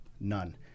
None